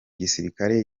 gisirikare